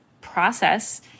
process